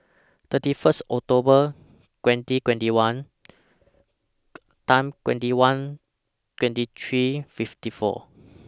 thirty First October twenty twenty one Time twenty one twenty three fifty four